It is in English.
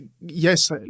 Yes